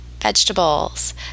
vegetables